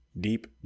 deep